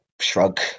shrug